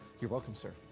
you're welcome, sir.